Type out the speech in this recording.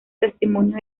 testimonio